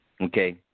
Okay